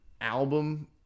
album